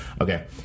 Okay